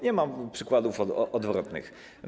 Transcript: Nie ma przykładów odwrotnych.